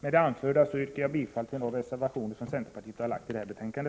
Med det anförda yrkar jag bifall till de reservationer som centerpartiet har fogat till detta betänkande.